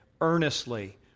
earnestly